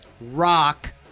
rock